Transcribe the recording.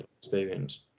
experience